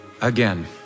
Again